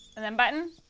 and then button.